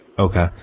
Okay